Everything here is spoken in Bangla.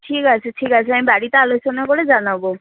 ঠিক আছে ঠিক আছে আমি বাড়িতে আলোচনা করে জানাবো